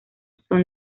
son